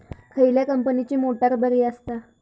खयल्या कंपनीची मोटार बरी असता?